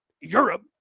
Europe